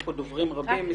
יש כאן דוברים רבים.